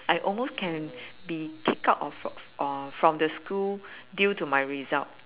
I almost can be kicked out of fr~ of from the school due to my result